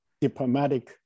diplomatic